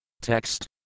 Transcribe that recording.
Text